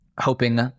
Hoping